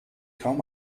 kaum